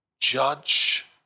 judge